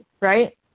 right